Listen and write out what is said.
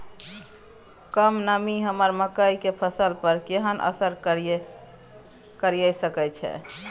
कम नमी हमर मकई के फसल पर केहन असर करिये सकै छै?